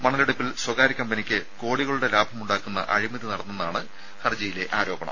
മണലെടുപ്പിൽ സ്വകാര്യ കമ്പനിയ്ക്ക് കോടികളുടെ ലാഭമുണ്ടാകുന്ന അഴിമതി നടന്നെന്നാണ് ഹർജിയിലെ ആരോപണം